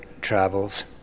travels